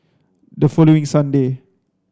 the following Sunday